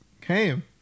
came